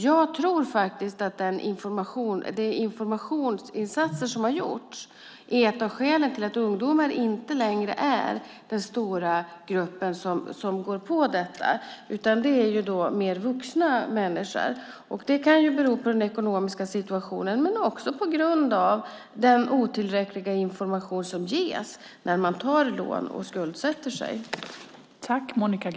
Jag tror faktiskt att de informationsinsatser som har gjorts är ett av skälen till att ungdomar inte längre är den stora grupp som går på detta, utan det är mer vuxna människor. Det kan bero på den ekonomiska situationen, men det kan också bero på den otillräckliga information som ges när man tar lån och skuldsätter sig.